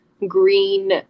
green